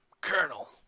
Colonel